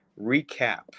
recap